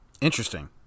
Interesting